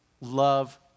love